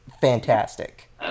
Fantastic